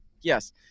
Yes